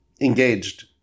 engaged